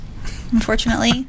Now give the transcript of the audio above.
unfortunately